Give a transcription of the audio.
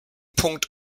punkt